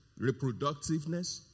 reproductiveness